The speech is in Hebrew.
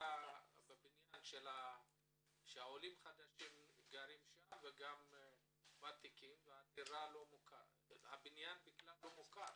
בדירה בבניין שהעולים החדשים גרים שם וגם ותיקים והבניין בכלל לא מוכר.